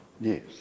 Yes